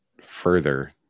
further